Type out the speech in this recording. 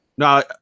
No